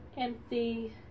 empty